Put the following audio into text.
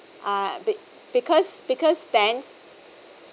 uh a bit because because thens